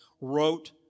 wrote